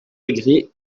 degrés